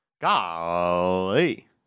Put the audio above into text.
Golly